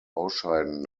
ausscheiden